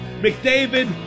McDavid